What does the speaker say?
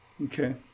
Okay